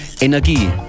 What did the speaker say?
Energie